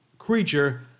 creature